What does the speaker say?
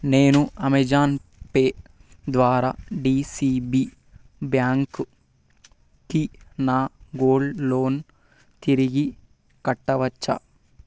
నేను Amazon Pay ద్వారా DCB బ్యాంక్కి నా గోల్డ్ లోన్ తిరిగి కట్టవచ్చా